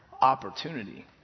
opportunity